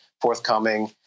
forthcoming